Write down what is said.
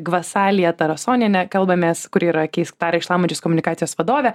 gvasalije tarasoniene kalbamės kuri yra keisk tarą į šlamančius komunikacijos vadovė